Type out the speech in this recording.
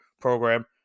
program